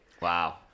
Wow